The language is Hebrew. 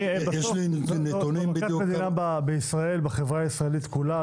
הרי בסוף זו מכת מדינה בישראל בחברה הישראלית כולה,